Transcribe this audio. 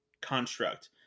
construct